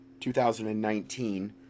2019